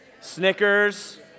Snickers